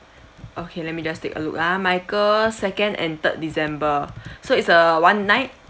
okay let me just take a look ah michael second and third december so it's a one night